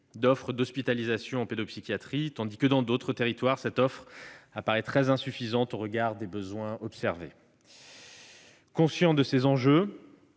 d'offre d'hospitalisation en pédopsychiatrie, tandis que dans d'autres territoires cette offre apparaît comme très insuffisante au regard des besoins observés. Conscient de ces enjeux,